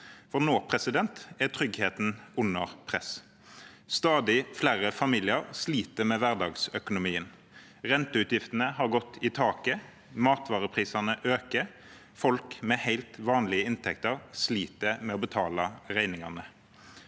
i nåtid. Nå er tryggheten under press. Stadig flere familier sliter med hverdagsøkonomien. Renteutgiftene har gått i taket, matvareprisene stiger, folk med helt vanlige inntekter sliter med å betale regningene.